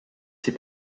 ses